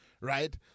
right